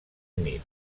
nit